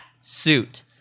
suit